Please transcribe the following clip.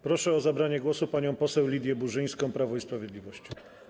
Proszę o zabranie głosu panią poseł Lidię Burzyńską, Prawo i Sprawiedliwość.